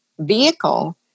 vehicle